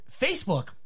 Facebook